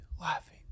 laughing